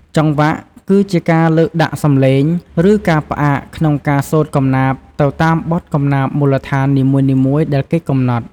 ចង្វាក់ គឺជាការលើកដាក់សំឡេង ឬការផ្អាកក្នុងការសូត្រកំណាព្យទៅតាមបទកំណាព្យមូលដ្ឋាននីមួយៗដែលគេកំណត់។